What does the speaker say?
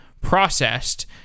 processed